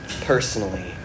personally